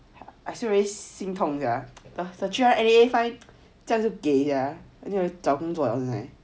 I still very 心痛 sia the three hundred dollar N_E_A fine 这样给 sia 找工作了现在